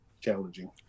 challenging